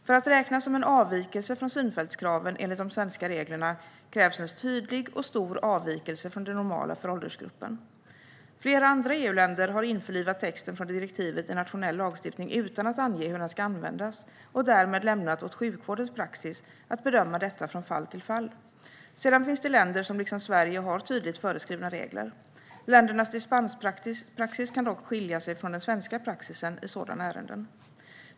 För att räknas som en avvikelse från synfältskraven krävs enligt de svenska reglerna en tydlig och stor avvikelse från det normala för åldersgruppen. Flera andra EU-länder har införlivat texten från direktivet i nationell lagstiftning utan att ange hur den ska användas. Dessa länder har därmed lämnat åt sjukvårdens praxis att bedöma detta från fall till fall. Det finns även länder som liksom Sverige har tydligt föreskrivna regler. Ländernas dispenspraxis kan dock skilja sig från svensk praxis i sådana ärenden.